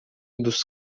dos